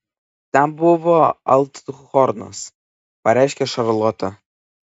ten buvo althornas pareiškė šarlotė